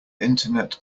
internet